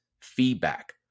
feedback